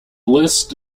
list